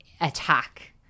attack